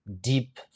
deep